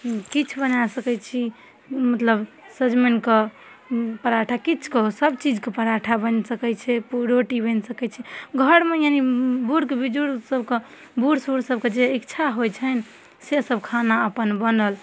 हूँ किछु बना सकय छी मतलब सजमनिके पराठा किछुके सबचीजके पराठा बनि सकय छै रोटी बनि सकय छै घरमे ई नहि बूढ़ बुजुर्ग सबके बूढ़ सूढ़ सबके जे इच्छा होइ छनि से सब खाना अपन बनल